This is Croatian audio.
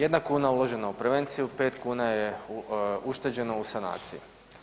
Jedna kuna uložena u prevenciju, 5 kuna je ušteđeno u sanaciju.